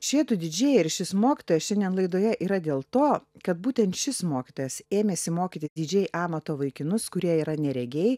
šie du didžėjai ir šis mokytojas šiandien laidoje yra dėl to kad būtent šis mokytojas ėmėsi mokyti didžėj amato vaikinus kurie yra neregiai